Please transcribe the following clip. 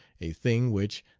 a thing which,